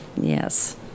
Yes